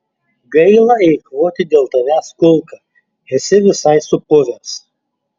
gaila eikvoti dėl tavęs kulką esi visai supuvęs